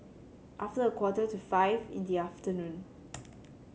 after a quarter to five in the afternoon